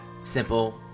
simple